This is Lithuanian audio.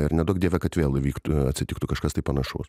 ir neduok dieve kad vėl įvyktų atsitiktų kažkas panašaus